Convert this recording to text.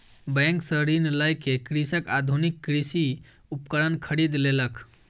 bank सॅ ऋण लय के कृषक आधुनिक कृषि उपकरण खरीद लेलक